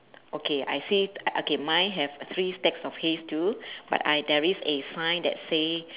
okay I see uh okay mine have three stacks of hays too but I there is a sign that say